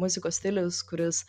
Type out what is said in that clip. muzikos stilius kuris